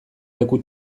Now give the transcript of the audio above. leku